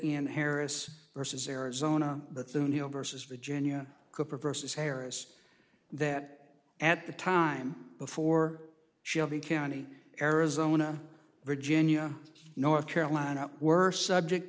in harris versus arizona but soon he'll versus virginia cooper versus harris that at the time before shelby county arizona virginia north carolina were subject